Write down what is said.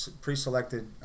pre-selected